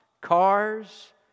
cars